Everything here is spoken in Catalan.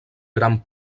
gran